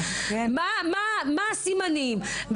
מה הסימנים,